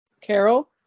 Carol